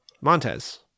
Montez